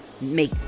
make